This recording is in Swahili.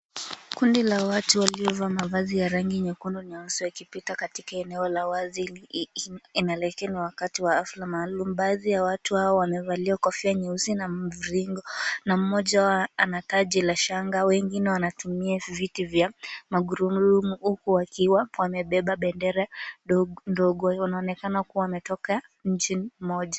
Kundi la watu waliovaa mavazi ya rangi nyekundu na nyeusi, wakipita katika eneo la wazi, wakati wa hafla maalumu. Baadhi ya watu hao wamevalia kofia nyeusi na mviringo, na mmoja wao ana taji ya shanga. Wengine wanatumia viti vya magurudumu, huku wakiwa wamebea bendera ndogo, wanaonekana kuwa wametoka nchi moja.